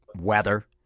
weather